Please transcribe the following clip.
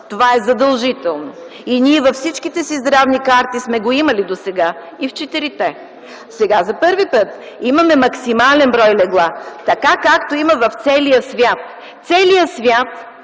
това е задължително. Във всичките си здравни карти сме го имали досега – и в четирите. Сега за първи път имаме максимален брой легла, така както има в целия свят. Целият